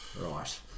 Right